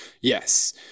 Yes